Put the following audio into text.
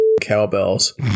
cowbells